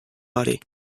body